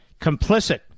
complicit